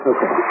Okay